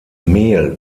mehl